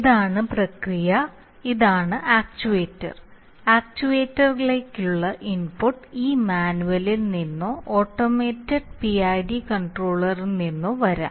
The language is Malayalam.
ഇതാണ് പ്രക്രിയ ഇതാണ് ആക്ച്യുവേറ്റർ ആക്ച്യുവേറ്ററിലേക്കുള്ള ഇൻപുട്ട് ഈ മാനുവലിൽ നിന്നോ ഓട്ടോമേറ്റഡ് PID കൺട്രോളറിൽ നിന്നോ വരാം